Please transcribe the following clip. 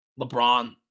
lebron